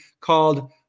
called